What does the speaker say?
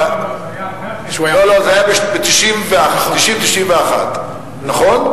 לא, זה היה ב-1990 1991. נכון?